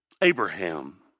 Abraham